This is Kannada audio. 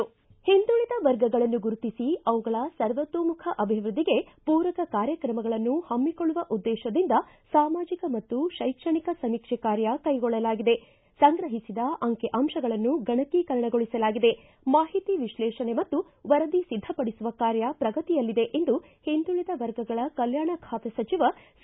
ಒಂದುಳಿದ ವರ್ಗಗಳನ್ನು ಗುರುತಿಸಿ ಅವುಗಳ ಸರ್ವತೋಮುಖ ಅಭಿವೃದ್ದಿಗೆ ಪೂರಕ ಕಾರ್ಯಕ್ರಮಗಳನ್ನು ಪಮ್ಸಿಕೊಳ್ಳುವ ಉದ್ದೇಶದಿಂದ ಸಾಮಾಜಿಕ ಮತ್ತು ಶೈಕ್ಷಣಿಕ ಸಮೀಕ್ಷೆ ಕಾರ್ಯ ಕೆಗೊಳ್ಳಲಾಗಿದೆ ಸಂಗ್ರಹಿಸಿದ ಅಂಕಿ ಅಂಶಗಳನ್ನು ಗಣಕೀಕರಣಗೊಳಿಸಲಾಗಿದೆ ಮಾಹಿತಿ ವಿಶ್ಲೇಷಣೆ ಮತ್ತು ವರದಿ ಸಿದ್ದಪಡಿಸುವ ಕಾರ್ಯ ಪ್ರಗತಿಯಲ್ಲಿದೆ ಎಂದು ಹಿಂದುಳಿದ ವರ್ಗಗಳ ಕಲ್ಯಾಣ ಖಾತೆ ಸಚಿವ ಸಿ